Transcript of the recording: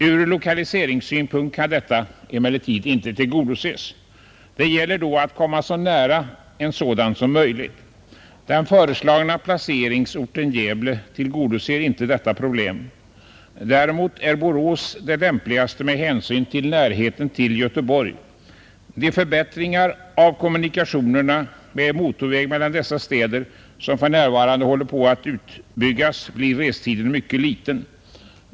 Ur lokaliseringssynpunkt kan detta emellertid inte tillgodoses. Det gäller då att komma så nära en sådan som möjligt. Den föreslagna placeringsorten — Gävle — tillgodoser inte detta krav. Däremot är Borås den lämpligaste orten med hänsyn till närheten till Göteborg. Med den motorväg mellan dessa städer som för närvarande håller på att byggas ut blir restiden mycket kort.